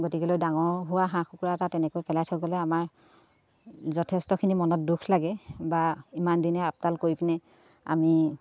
গতিকেলৈ ডাঙৰ হোৱা হাঁহ কুকুৰা এটা তেনেকৈ পেলাই থৈ গ'লে আমাৰ যথেষ্টখিনি মনত দুখ লাগে বা ইমান দিনে আপতাল কৰি পিনে আমি